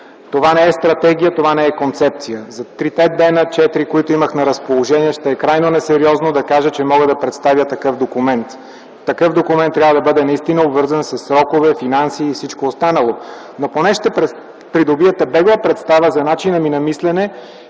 Това не е стратегия, това не е концепция. За трите-четири дни, които имах на разположение, ще е крайно несериозно да кажа, че мога да представя такъв документ. Такъв документ трябва да бъде наистина обвързан със срокове, финанси и всичко останало. Но поне ще придобиете бегла представа за начина ми на мислене